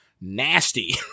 nasty